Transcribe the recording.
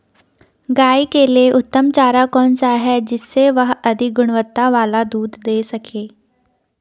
गाय के लिए उत्तम चारा कौन सा है जिससे वह अधिक गुणवत्ता वाला दूध दें सके?